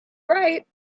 right